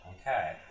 Okay